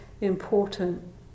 important